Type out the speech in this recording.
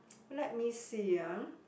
let me see ya